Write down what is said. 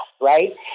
right